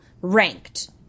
ranked